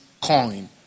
coin